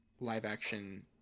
live-action